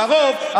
לרוב,